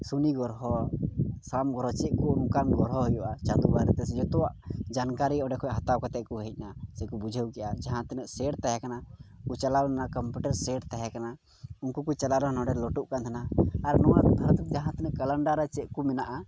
ᱥᱩᱱᱤ ᱜᱨᱚᱦᱚ ᱥᱳᱢ ᱜᱨᱚᱦᱚ ᱪᱮᱫ ᱠᱚ ᱚᱱᱠᱟᱱ ᱜᱨᱚᱦᱚ ᱦᱳᱭᱳᱜᱼᱟ ᱪᱟᱸᱫᱚ ᱵᱟᱨᱛᱮ ᱥᱮ ᱡᱚᱛᱚᱣᱟᱜ ᱡᱟᱱᱠᱟᱹᱨᱤ ᱚᱸᱰᱮ ᱠᱷᱚᱡ ᱦᱟᱛᱟᱣ ᱠᱟᱛᱮᱫ ᱠᱚ ᱦᱮᱡᱱᱟ ᱥᱮ ᱠᱚ ᱵᱩᱷᱟᱹᱣ ᱠᱮᱜᱼᱟ ᱡᱟᱦᱟᱸ ᱛᱤᱱᱟᱹᱜ ᱥᱮᱹᱴ ᱛᱟᱦᱮᱸ ᱠᱟᱱᱟ ᱩᱱᱠᱩ ᱠᱚ ᱪᱟᱞᱟᱣ ᱞᱮᱱᱟ ᱠᱚᱢᱯᱤᱭᱩᱴᱟᱨ ᱥᱮᱹᱴ ᱛᱟᱦᱮᱸ ᱠᱟᱱᱟ ᱩᱱᱠᱩ ᱠᱚ ᱪᱟᱞᱟᱜ ᱨᱮ ᱦᱚᱸ ᱱᱚᱰᱮ ᱞᱳᱰᱚᱜ ᱛᱟᱦᱮᱱᱟ ᱟᱨ ᱱᱚᱣᱟ ᱵᱷᱟᱨᱚᱛ ᱨᱮ ᱡᱟᱦᱟᱸ ᱛᱤᱱᱟᱹᱜ ᱠᱮᱞᱮᱱᱰᱟᱨ ᱨᱮ ᱪᱮᱫ ᱠᱚ ᱢᱮᱱᱟᱜᱼᱟ